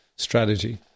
strategy